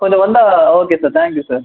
கொஞ்சம் வந்தா okay sir thank you sir